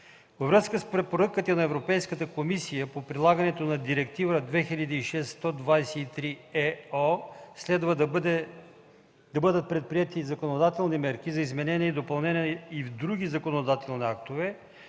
Във връзка с препоръките на Европейската комисия по прилагането на Директива 2006/123/ЕО следва да бъдат предприети законодателни мерки за изменение и допълнение и в други законодателни актове